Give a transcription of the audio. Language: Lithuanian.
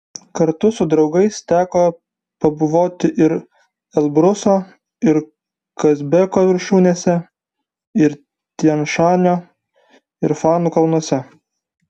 kartu su draugais teko pabuvoti ir elbruso ir kazbeko viršūnėse ir tian šanio ir fanų kalnuose